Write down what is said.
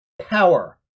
power